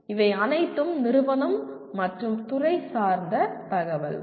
இவை அனைத்தும் நிறுவனம் மற்றும் துறை சார்ந்த தகவல்கள்